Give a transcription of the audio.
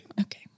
Okay